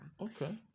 Okay